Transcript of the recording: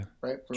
right